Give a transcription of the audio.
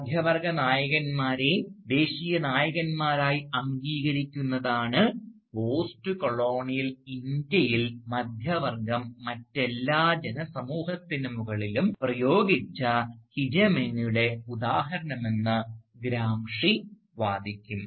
മധ്യവർഗ നായകന്മാരെ ദേശീയ നായകന്മാരായി അംഗീകരിക്കുന്നതാണ് പോസ്റ്റ് കൊളോണിയൽ ഇന്ത്യയിൽ മധ്യവർഗം മറ്റെല്ലാ ജനസമൂഹത്തിനു മുകളിലും പ്രയോഗിച്ച ഹീജെമനിയുടെ ഉദാഹരണമെന്ന് ഗ്രാംഷി വാദിക്കും